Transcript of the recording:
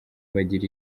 bagira